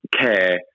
care